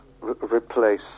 replace